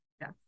Yes